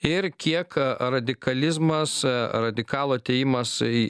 ir kiek radikalizmas radikalų atėjimas į